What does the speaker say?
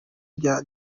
vya